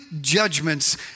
judgments